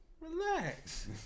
Relax